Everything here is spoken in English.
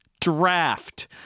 Draft